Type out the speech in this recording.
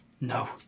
No